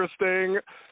interesting